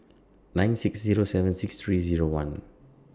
nine six Zero seven six three Zero one